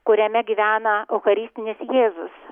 kuriame gyvena eucharistinis jėzus